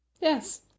Yes